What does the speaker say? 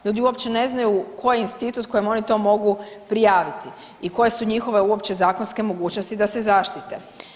Ljudi uopće ne znaju koji je institut kojem oni to mogu prijaviti i koje su njihove uopće zakonske mogućnosti da se zaštite.